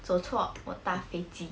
走错我搭飞机